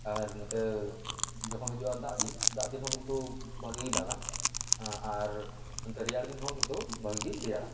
ᱟᱨ ᱱᱚᱛᱮ ᱡᱚᱠᱷᱚᱱ ᱦᱤᱡᱩᱜᱼᱟ ᱫᱟᱜᱽ ᱫᱤᱱ ᱫᱟᱜᱽ ᱫᱤᱱ ᱦᱚ ᱠᱤᱱᱛᱩ ᱵᱷᱟᱹᱜᱤ ᱜᱮᱭ ᱫᱟᱜᱟ ᱟᱨ ᱚᱱᱛᱮ ᱨᱮᱭᱟᱲ ᱫᱤᱱ ᱦᱚᱸ ᱠᱤᱱᱛᱩ ᱵᱷᱟᱹᱜᱤ ᱜᱮᱭ ᱨᱮᱭᱟᱲᱟ